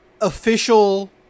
official